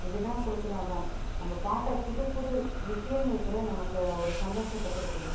இது தான் கொடுக்குது அதுதான் நம்ம பார்க்குறப் புதுப் புது விஷயங்கள் கூட நமக்கு ஒரு சந்தோஷத்தை கொடுக்குது